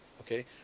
okay